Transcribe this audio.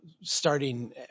starting